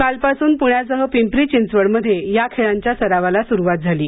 कालपासून पुण्यासह पिंपरी चिंचवड मध्ये या खेळांच्या सरावाला सुरुवात झाली आहे